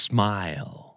Smile